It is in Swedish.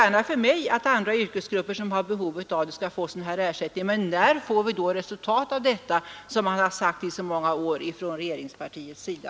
Jag ser gärna att andra yrkesgrupper, som har behov av det, får sådan här ersättning, men när får vi resultat av detta, som det har talats om i så många år från regeringspartiets sida?